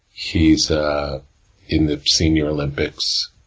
he's in the senior olympics.